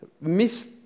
miss